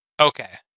Okay